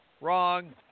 Wrong